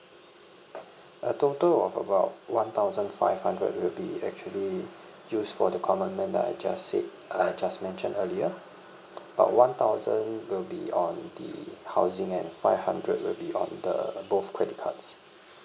a total of about one thousand five hundred will be actually used for the commitment that I just said uh just mentioned earlier about one thousand will be on the housing and five hundred will be on the both credit cards